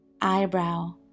Eyebrow